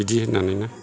बिदि होननानैनो